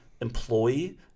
employee